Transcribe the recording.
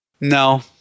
No